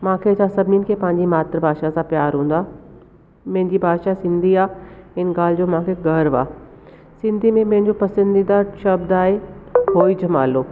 मूंखे छा सभिनीनि खे पंहिंजी मातृभाषा सां प्यारु हूंदो आहे मुंहिंजी भाषा सिंधी आहे हिन ॻाल्हि जो मूंखे गरव आहे सिंधी में मुंहिंजोजो पसंदीदा शब्द आहे होइ जमालो